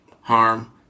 harm